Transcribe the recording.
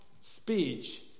speech